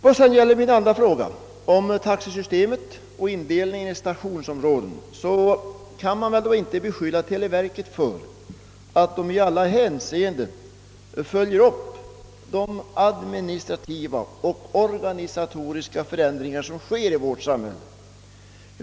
Vad sedan gäller min andra fråga om taxesystemet och indelningen i stationsområden kan man väl inte beskylla televerket för att i alla hänseenden följa upp de administrativa och organisatoriska förändringar som sker i vårt samhälle.